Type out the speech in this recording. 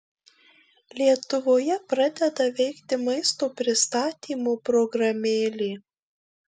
lietuvoje pradeda veikti maisto pristatymo programėlė